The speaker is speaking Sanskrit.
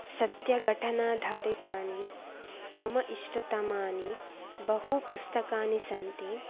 सत्यघटनाधारितानि मम इष्टतमानि बहु पुस्तकानि सन्ति